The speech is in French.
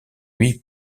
lui